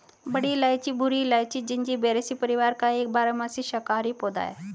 बड़ी इलायची भूरी इलायची, जिंजिबेरेसी परिवार का एक बारहमासी शाकाहारी पौधा है